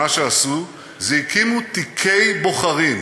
מה שעשו זה הקימו תיקי בוחרים,